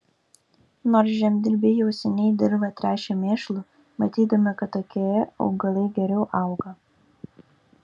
nors žemdirbiai jau seniai dirvą tręšė mėšlu matydami kad tokioje augalai geriau auga